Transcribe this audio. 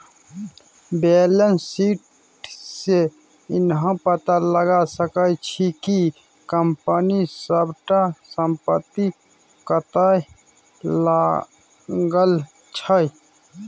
balance sheet सँ इहो पता लगा सकै छी कि कंपनी सबटा संपत्ति कतय लागल छै